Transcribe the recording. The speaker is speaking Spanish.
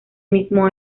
mismo